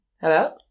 Hello